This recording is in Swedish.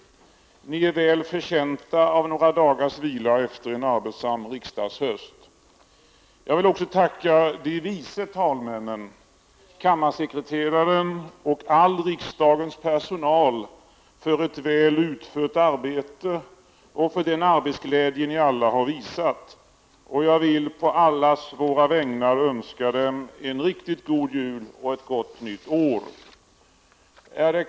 Ni är väl förtjänta av några dagars vila, efter en arbetsam riksdagshöst. Jag vill också tacka de vice talmännen, kammarsekreteraren och all riksdagens personal för ett väl utfört arbete och för den arbetsglädje ni alla har visat. Jag vill också på allas våra vägnar önska dem en riktigt god jul och ett gott nytt år.